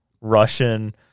russian